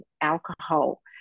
alcohol